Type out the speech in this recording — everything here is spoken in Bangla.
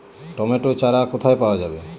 টমেটো চারা কোথায় পাওয়া যাবে?